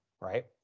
right